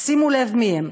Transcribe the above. שימו לב מי הם,